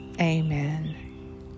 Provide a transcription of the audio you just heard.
amen